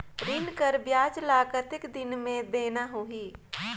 ऋण कर ब्याज ला कतेक दिन मे देना होही?